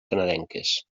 canadenques